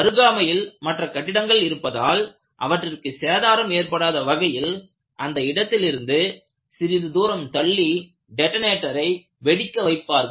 அருகாமையில் மற்ற கட்டிடங்கள் இருப்பதால் அவற்றிற்கு சேதாரம் ஏற்படாத வகையில் அந்த இடத்தில் இருந்து சிறிது தூரம் தள்ளி டெட்டனேட்டரை வெடிக்க வைப்பார்கள்